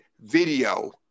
video